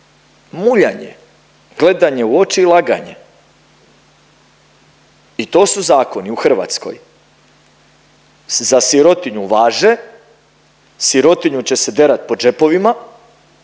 muljanje, gledanje u oči i laganje. I to su zakoni u Hrvatskoj. Za sirotinju važe, sirotinju će se derat po džepovima,